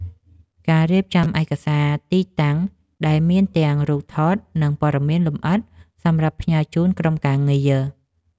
ការរៀបចំឯកសារទីតាំង ដែលមានទាំងរូបថត និងព័ត៌មានលម្អិតសម្រាប់ផ្ញើជូនក្រុមការងារ។